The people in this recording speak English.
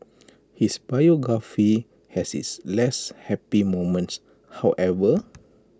his biography has its less happy moments however